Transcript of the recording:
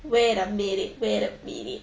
wait a minute wait a minute